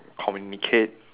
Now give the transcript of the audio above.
communicate